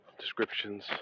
descriptions